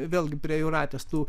vėlgi prie jūratės tų